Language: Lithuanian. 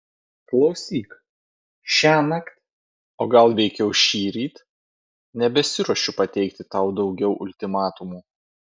klausyk šiąnakt o gal veikiau šįryt nebesiruošiu pateikti tau daugiau ultimatumų